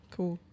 Cool